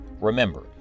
Remember